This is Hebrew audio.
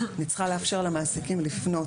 אני צריכה לאפשר למעסיקים לפנות,